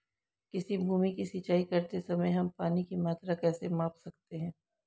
किसी भूमि की सिंचाई करते समय हम पानी की मात्रा कैसे माप सकते हैं?